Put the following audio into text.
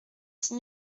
six